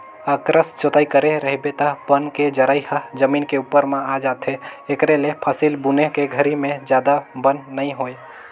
अकरस जोतई करे रहिबे त बन के जरई ह जमीन के उप्पर म आ जाथे, एखरे ले फसल बुने के घरी में जादा बन नइ होय